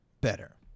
better